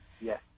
Yes